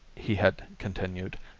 he had continued,